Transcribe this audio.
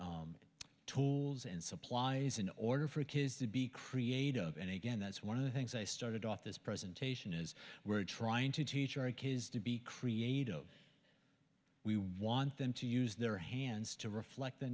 with tools and supplies in order for kids to be creative and again that's one of the things i started off this presentation is we're trying to teach our kids to be creative we want them to use their hands to reflect the